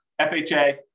FHA